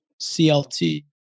CLT